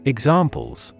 Examples